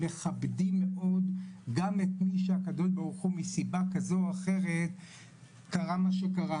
מכבדים מאוד גם את מי שהקדוש ברוך הוא מסיבה כזו או אחרת קרה מה שקרה,